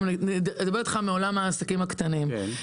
ואני מדברת איתך מעולם העסקים הקטנים,